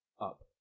up